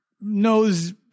knows